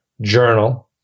journal